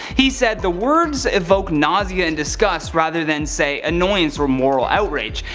he said the words evoke nausea and disgust rather than, say, annoyance or moral outrage.